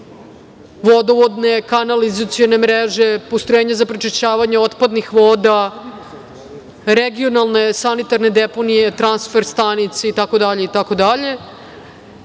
vodovodne, kanalizacione mreže, postrojenja za prečišćavanje otpadnih voda, regionalne sanitarne deponije, transfer stanice itd.